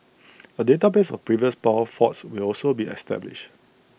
A database of previous power faults will also be established